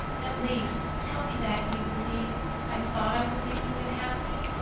at least, tell me that you believe i thought i was making you happy.